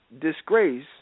disgrace